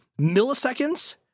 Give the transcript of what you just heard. Milliseconds